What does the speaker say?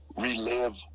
Relive